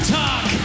talk